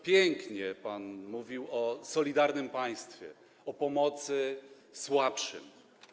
Pięknie pan mówił o solidarnym państwie, o pomocy słabszym.